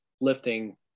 lifting